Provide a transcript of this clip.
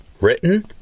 Written